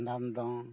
ᱵᱷᱟᱱᱰᱟᱱ ᱫᱚᱝ